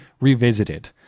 revisited